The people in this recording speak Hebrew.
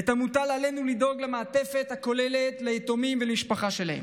את המוטל עלינו: לדאוג למעטפת הכוללת ליתומים ולמשפחה שלהם.